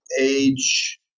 age